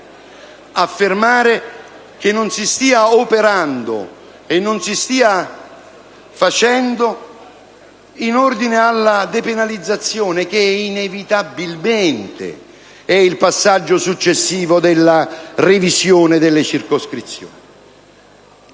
affermare che non si stia operando in ordine alla depenalizzazione, che inevitabilmente è il passaggio successivo della revisione delle circoscrizioni?